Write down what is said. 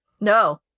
No